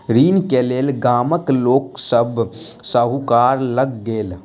ऋण के लेल गामक लोक सभ साहूकार लग गेल